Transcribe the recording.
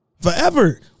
Forever